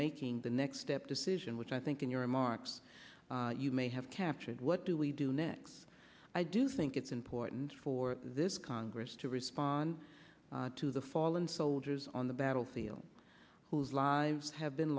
making the next step decision which i think in your remarks you may have captured what do we do next i do think it's important for this congress to respond to the fallen soldiers on the battlefield whose lives have been